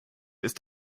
ist